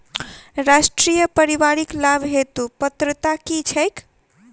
राष्ट्रीय परिवारिक लाभ हेतु पात्रता की छैक